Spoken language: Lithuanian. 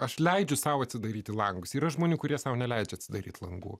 aš leidžiu sau atsidaryti langus yra žmonių kurie sau neleidžia atsidaryti langų